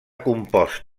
compost